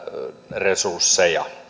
resursseja